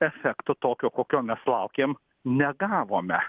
efekto tokio kokio mes laukėm negavome